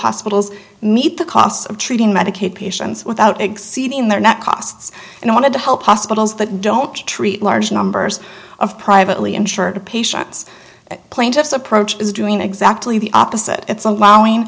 hospitals meet the costs of treating medicaid patients without exceeding their net costs and i wanted to help hospitals that don't treat large numbers of privately insured patients plaintiffs approach is doing exactly the opposite it's allowing